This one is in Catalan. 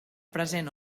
present